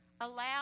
allow